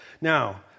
Now